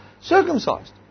circumcised